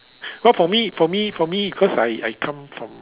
but for me for me for me cause I I come from